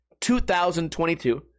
2022